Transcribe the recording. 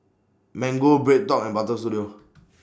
Mango BreadTalk and Butter Studio